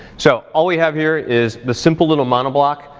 so, all we have here is the simple little monoblock,